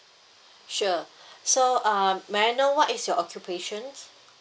sure so uh may I know what is your occupation